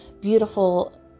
beautiful